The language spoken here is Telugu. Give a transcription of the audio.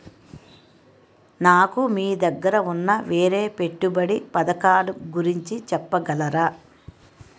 నాకు మీ దగ్గర ఉన్న వేరే పెట్టుబడి పథకాలుగురించి చెప్పగలరా?